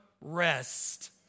rest